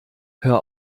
hör